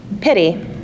Pity